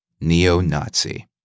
Neo-Nazi